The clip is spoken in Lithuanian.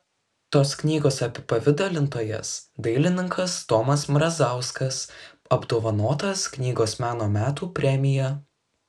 tos knygos apipavidalintojas dailininkas tomas mrazauskas apdovanotas knygos meno metų premija